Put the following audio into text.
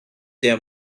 their